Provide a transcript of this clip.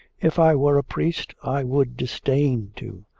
if i were a priest i would disdain to.